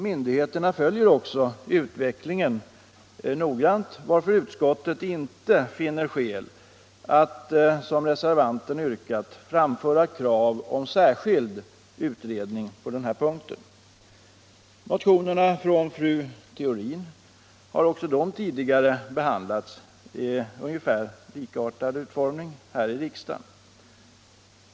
Myndigheterna följer också utvecklingen noggrant, varför utskottet inte finner skäl att, som reservanten yrkat, framföra krav om särskild utredning på den här punkten. Motionerna från fru Theorin har också med ungefär likartad utformning tidigare behandlats av riksdagen.